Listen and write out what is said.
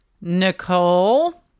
Nicole